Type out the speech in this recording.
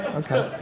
okay